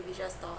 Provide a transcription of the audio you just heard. individual store